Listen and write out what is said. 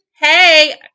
Hey